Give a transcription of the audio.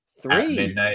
three